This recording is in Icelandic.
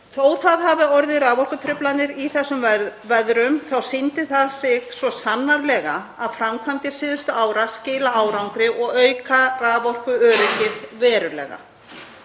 Þótt það hafi orðið raforkutruflanir í þessum veðrum sýndi það sig svo sannarlega að framkvæmdir síðustu ára skila árangri og auka raforkuöryggið verulega.